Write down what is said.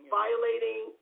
violating